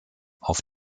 auf